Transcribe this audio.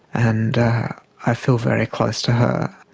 and i feel very close to her.